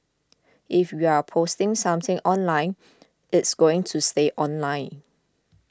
if you're posting something online it's going to stay online